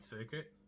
Circuit